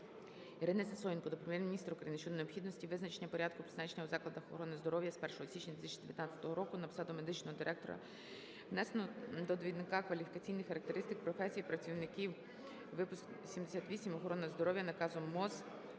Ірини Сисоєнко до Прем'єр-міністра України щодо необхідності визначення порядку призначення у закладах охорони здоров'я з 1 січня 2019 року на посаду медичного директора, внесену до Довідника кваліфікаційних характеристик професій працівників. Випуск 78 "Охорона здоров'я" наказом МОЗ